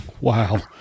Wow